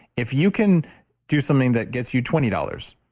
if you can do something that gets you twenty dollars,